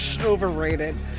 overrated